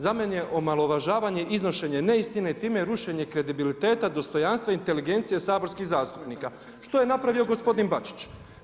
Za mene je omalovažavanje iznošenje neistine i time rušenje kredibiliteta, dostojanstva i inteligencije saborskih zastupnika, što je napravio gospodin Bačić.